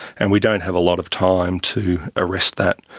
and we don't have a lot of time to arrest that.